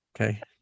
Okay